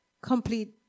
complete